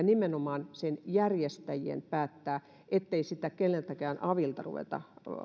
nimenomaan koulutuksen järjestäjien päättää niin ettei sitä keneltäkään avilta ruveta